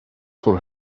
for